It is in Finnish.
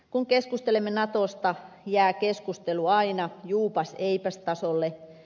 kun keskustelemme natosta jää keskustelu aina juupaseipäs tasolle